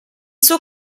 suo